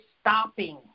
stopping